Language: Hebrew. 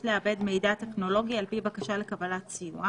לעבד מידע טכנולוגי על פי בקשה לקבלת סיוע,